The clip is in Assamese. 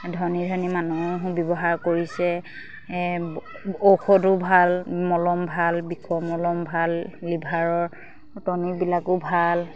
ধনী ধনী মানুহেও ব্যৱহাৰ কৰিছে ঔষধো ভাল মলম ভাল বিষৰ মলম ভাল লিভাৰৰ টনিকবিলাকো ভাল